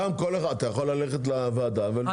אתה יכול ללכת לוועדה ולבקש.